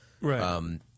Right